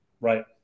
Right